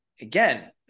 again